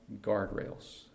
guardrails